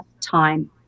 time